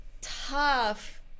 tough